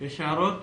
יש הערות?